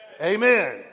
Amen